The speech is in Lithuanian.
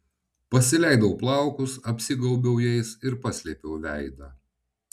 pasileidau plaukus apsigaubiau jais ir paslėpiau veidą